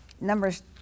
Numbers